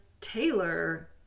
Taylor